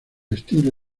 estilo